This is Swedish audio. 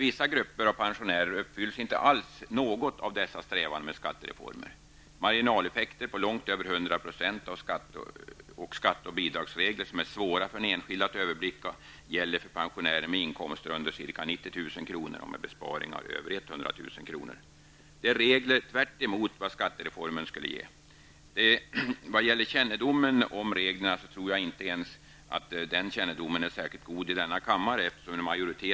Vissa grupper av pensionärer får emellertid inte alls del av de fördelar som skattereformen skulle ge. Pensionärer med inkomster under ca 90 000 kr. och med besparingar på över 100 000 kr. kan få vidkännas marginaleffekter på långt över 100 %. Dessutom gäller skatte och bidragsregler som är svåra för den enskilde att överblicka. Reglerna har effekter rakt motsatta dem som skattereformen skulle ge.